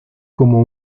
como